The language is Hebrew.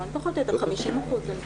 פחות או יותר 50% אני חושבת.